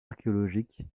archéologiques